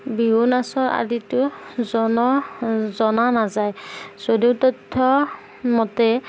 বিহু নাচৰ আদিটো জন জনা নাযায় যদিও তথ্যৰ মতে